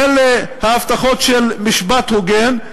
אלה ההבטחות של משפט הוגן,